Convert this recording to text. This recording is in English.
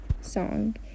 song